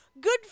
good